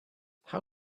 how